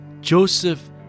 Joseph